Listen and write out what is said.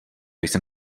jsem